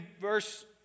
verse